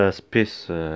space